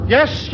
Yes